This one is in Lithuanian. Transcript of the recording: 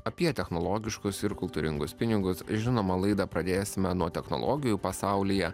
apie technologiškos ir kultūringos pinigus žinomą laidą pradėsime nuo technologijų pasaulyje